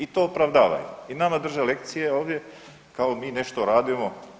I to opravdavaju i nama drže lekcije ovdje kao mi nešto radimo.